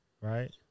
right